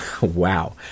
wow